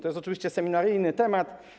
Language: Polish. To jest oczywiści seminaryjny temat.